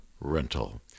rental